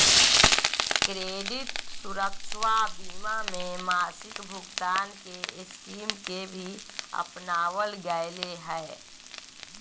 credit सुरक्षवा बीमा में मासिक भुगतान के स्कीम के भी अपनावल गैले है